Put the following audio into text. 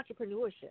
entrepreneurship